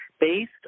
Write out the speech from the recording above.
based